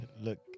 look